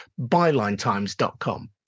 bylinetimes.com